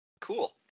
cool